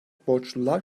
borçlular